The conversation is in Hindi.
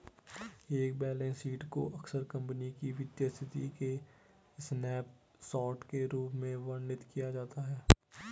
एक बैलेंस शीट को अक्सर कंपनी की वित्तीय स्थिति के स्नैपशॉट के रूप में वर्णित किया जाता है